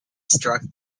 struck